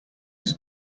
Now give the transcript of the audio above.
his